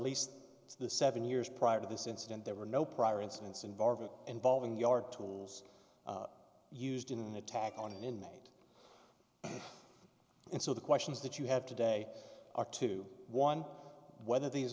least the seven years prior to this incident there were no prior incidents involving involving your tools used in the attack on an inmate and so the questions that you have today are two one whether these